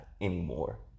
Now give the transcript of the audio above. anymore